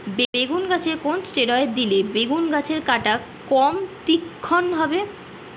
বেগুন গাছে কোন ষ্টেরয়েড দিলে বেগু গাছের কাঁটা কম তীক্ষ্ন হবে?